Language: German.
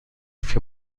für